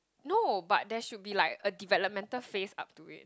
no but there should be like a developmental phase up to it